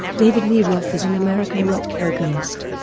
david lee roth is an american rock vocalist,